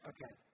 Okay